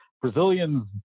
Brazilians